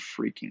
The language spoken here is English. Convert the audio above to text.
freaking